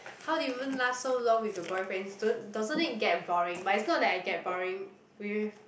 how did you even last so long with your boyfriends don't doesn't it get boring but it's not like I get boring with